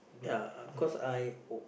ya cause I o~